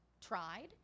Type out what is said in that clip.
tried